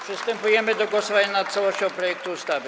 Przystępujemy do głosowania nad całością projektu ustawy.